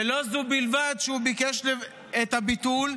ולא זו בלבד שהוא ביקש את הביטול,